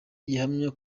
gihamya